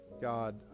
god